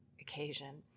occasion